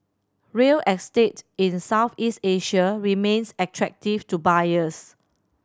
real estate in Southeast Asia remains attractive to buyers